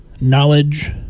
knowledge